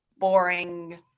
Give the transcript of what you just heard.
Boring